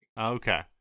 Okay